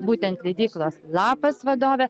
būtent leidyklos lapas vadovė